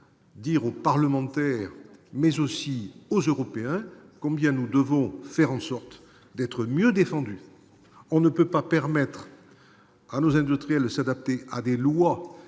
dire aux parlementaires et aux Européens que nous devons faire en sorte d'être mieux défendus. On ne peut pas demander à nos industriels de s'adapter aux lois